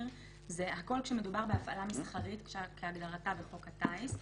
זה "הכול כשמדובר בהפעלה מסחרית כהגדרתה בחוק הטיס",